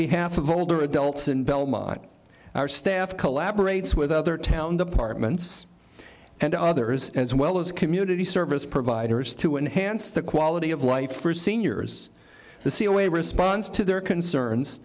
behalf of older adults in belmont are staffed collaborates with other town departments and others as well as community service providers to enhance the quality of life for seniors the seaway response to their concerns